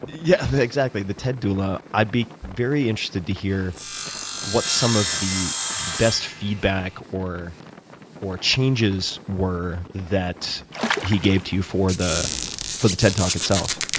yeah exactly. the ted doula, i'd be very interested to hear what some of the the best feedback or or changes were that he gave to you for the for the ted talk itself.